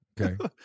Okay